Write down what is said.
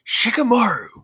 Shikamaru